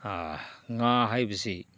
ꯉꯥ ꯍꯥꯏꯕꯁꯤ